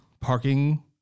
parking